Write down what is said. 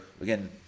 again